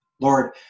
Lord